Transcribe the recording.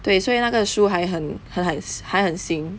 对所以那个书还很还很还很新